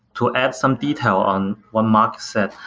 to add some detail on um mark said.